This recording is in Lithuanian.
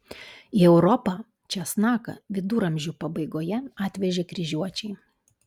į europą česnaką viduramžių pabaigoje atvežė kryžiuočiai